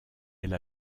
elle